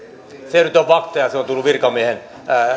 nyt on fakta ja ja se on tullut virkamiehen